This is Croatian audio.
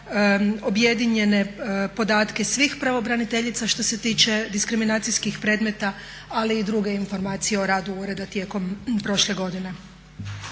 objedinjene podatke svih pravobraniteljica što se tiče diskriminacijskih predmeta ali i druge informacije o radu ureda tijekom prošle godine.